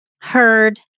heard